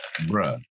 Bruh